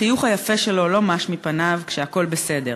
החיוך היפה שלו לא מש מפניו כשהכול בסדר,